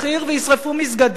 וישרפו מסגדים.